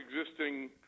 existing